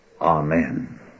Amen